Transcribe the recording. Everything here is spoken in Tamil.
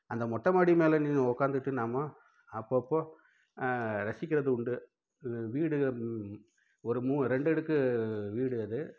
அந்த மொட்டைமாடி மேல் நின்று உக்காந்துட்டு நம்ம அப்பப்போது ரசிக்கிறது உண்டு வீடு ஒரு மூ ரெண்டடுக்கு வீடு அது